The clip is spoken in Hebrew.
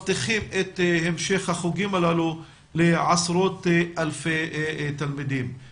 עשרות מיליונים שמבטיחים את המשך החוגים הללו לעשרות אלפי תלמידים.